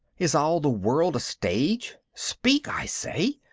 is all the world a stage? speak, i say!